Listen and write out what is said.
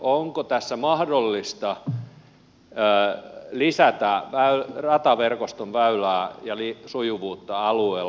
onko tässä mahdollista lisätä rataverkoston väyliä ja sujuvuutta alueella